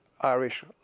Irish